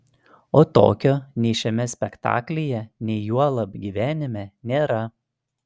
o tokio nei šiame spektaklyje nei juolab gyvenime nėra